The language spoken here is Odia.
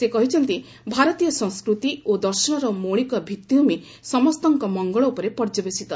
ସେ କହିଛନ୍ତି ଭାରତୀୟ ସଂସ୍କୃତି ଓ ଦର୍ଶନର ମୌଳିକ ଭିଭିଭୂମି ସମସ୍ତଙ୍କ ମଙ୍ଗଳ ଉପରେ ପର୍ଯ୍ୟବେସିତ